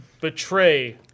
betray